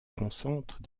concentrent